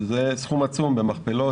שזה יוצא סכום עצום במכפלות,